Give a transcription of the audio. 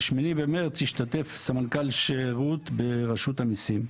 ב-8 במרץ התקיים סמנכ"ל שירות ברשות המיסים.